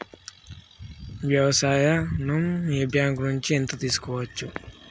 వ్యవసాయ ఋణం ఏ బ్యాంక్ నుంచి ఎంత తీసుకోవచ్చు?